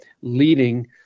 leading